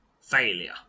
Failure